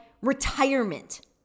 retirement